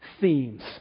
themes